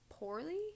poorly